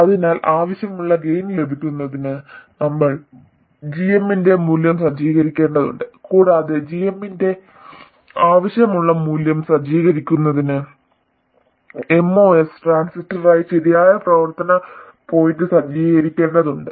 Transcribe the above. അതിനാൽ ആവശ്യമുള്ള ഗെയിൻ ലഭിക്കുന്നതിന് നമ്മൾ g m ന്റെ മൂല്യം സജ്ജീകരിക്കേണ്ടതുണ്ട് കൂടാതെ g m ന്റെ ആവശ്യമുള്ള മൂല്യം സജ്ജീകരിക്കുന്നതിന് MOS ട്രാൻസിസ്റ്ററിനായി ശരിയായ പ്രവർത്തന പോയിന്റ് സജ്ജീകരിക്കേണ്ടതുണ്ട്